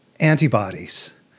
antibodies